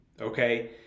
Okay